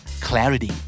Clarity